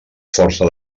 força